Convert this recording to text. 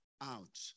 out